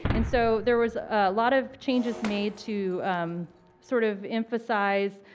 and so there was a lot of changes made to sort of emphasize